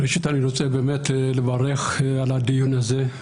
ראשית, אני רוצה לברך על הדיון הזה.